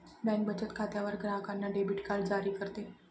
bank बचत खात्यावर ग्राहकांना डेबिट कार्ड जारी करते